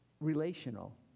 relational